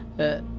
the